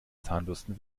zahnbürsten